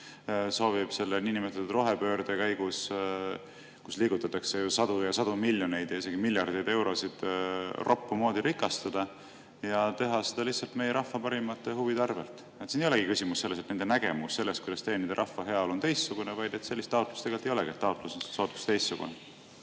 soovib selle niinimetatud rohepöörde käigus, kus liigutatakse ju sadu ja sadu miljoneid ja isegi miljardeid eurosid, roppu moodi rikastuda ja teha seda lihtsalt meie rahva parimate huvide arvel. Siin ei olegi küsimus selles, et nende nägemus sellest, kuidas teenida rahva heaolu, on teistsugune, vaid sellist taotlust tegelikult ei olegi, taotlus on sootuks teistsugune.